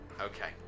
Okay